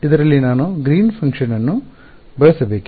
ಇದರಲ್ಲಿ ನಾನು green function ನ್ನು ಬಳಸಬೇಕೇ